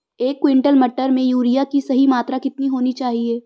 एक क्विंटल मटर में यूरिया की सही मात्रा कितनी होनी चाहिए?